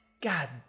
God